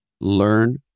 learn